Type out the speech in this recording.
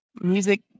Music